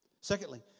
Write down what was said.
Secondly